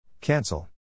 Cancel